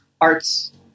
arts